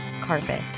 carpet